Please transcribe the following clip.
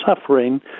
suffering